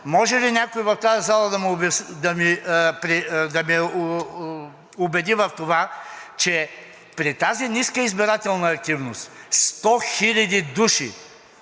може ли някой в тази зала да ме убеди в това, че при тази ниска избирателна активност 100 хиляди